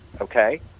Okay